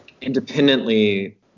independently